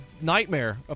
nightmare